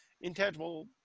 intangible